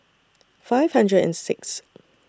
five hundred and Sixth